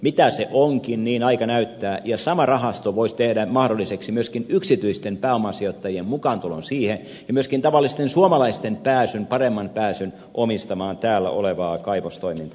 mitä se onkin aika näyttää ja sama rahasto voisi tehdä mahdolliseksi myöskin yksityisten pääomasijoittajien mukaantulon siihen ja myöskin tavallisten suomalaisten paremman pääsyn omistamaan täällä olevaa kaivostoimintaa